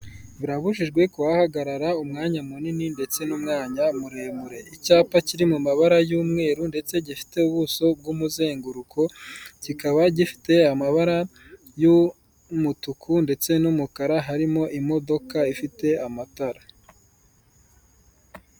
Birabujijwe kuhagarara umwanya munini ndetse n'umwanya muremure. Icyapa kiri mu mabara y'umweru ndetse gifite ubuso bw'umuzenguruko, kikaba gifite amabara y'umutuku ndetse n'umukara, harimo imodoka ifite amatara.